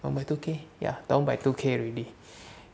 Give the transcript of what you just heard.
down by two K ya down by two K already